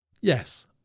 Yes